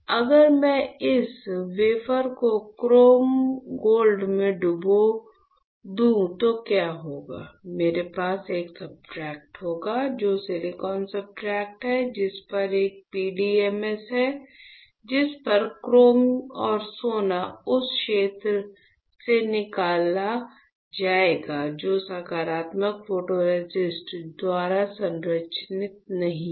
अगर मैं इस वेफर को क्रोम गोल्ड में डूबा दूं तो क्या होगा मेरे पास एक सब्सट्रेट होगा जो सिलिकॉन सब्सट्रेट है जिस पर एक PDMS है जिस पर क्रोम और सोना उस क्षेत्र से निकल जाएगा जो सकारात्मक फोटोरेसिस्ट द्वारा संरक्षित नहीं था